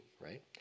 right